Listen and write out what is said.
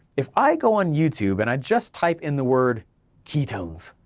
if i go on youtube and i just type in the word ketones,